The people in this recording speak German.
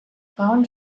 frauen